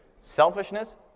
Selfishness